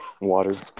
Water